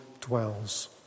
dwells